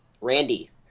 Randy